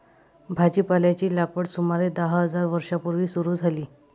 भाजीपाल्याची लागवड सुमारे दहा हजार वर्षां पूर्वी सुरू झाली